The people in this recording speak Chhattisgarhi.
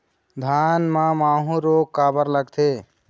धान म माहू रोग काबर लगथे?